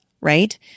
right